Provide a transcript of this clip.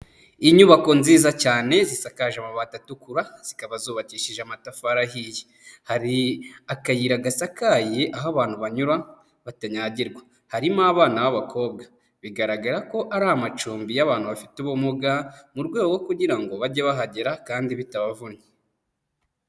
Inyubako nziza cyane zisakaje amabati atukura, zikaba zubakishije amatafari ahiye. Hari akayira gasakaye aho abantu banyura batanyagirwa, harimo abana b'abakobwa; bigaragara ko ari amacumbi y'abantu bafite ubumuga, mu rwego rwo kugira ngo bajye bahagera kandi bitabavunnye.